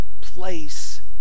place